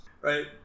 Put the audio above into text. Right